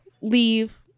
leave